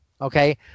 okay